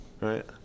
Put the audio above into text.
right